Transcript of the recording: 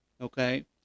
okay